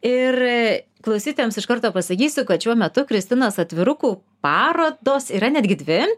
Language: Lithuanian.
ir klausytojams iš karto pasakysiu kad šiuo metu kristinos atvirukų parodos yra netgi dvi